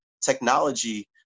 technology